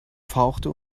fauchte